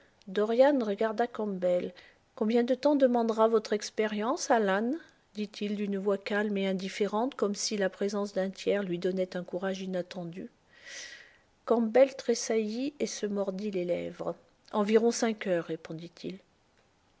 dorian regarda campbell combien de temps demandera votre expérience alan dit-il d'une voix calme et indifférente comme si la présence d'un tiers lui donnait un courage inattendu campbell tressaillit et se mordit les lèvres environ cinq heures répondit-il